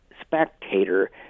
spectator